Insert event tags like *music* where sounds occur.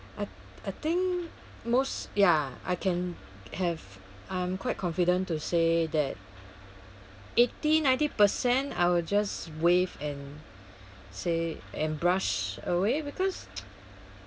I I think most ya I can have I'm quite confident to say that eighty ninety percent I will just wave and say and brush away because *noise*